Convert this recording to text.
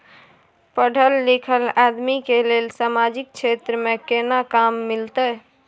पढल लीखल आदमी के लेल सामाजिक क्षेत्र में केना काम मिलते?